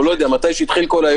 אנחנו נחזור לזה.